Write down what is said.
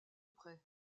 près